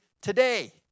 today